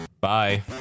Bye